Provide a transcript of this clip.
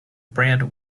brand